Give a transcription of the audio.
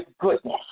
goodness